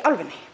í álfunni.